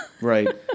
Right